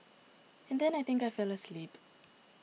and then I think I fell asleep